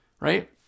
Right